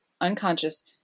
unconscious